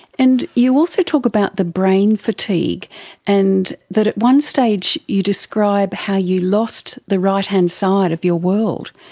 and you also talk about the brain fatigue and that at one stage you describe how you lost the right-hand side of your world.